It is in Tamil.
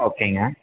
ஓகேங்க